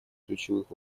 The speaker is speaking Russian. ключевых